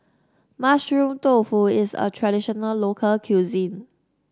Mushroom Tofu is a traditional local cuisine